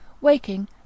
waking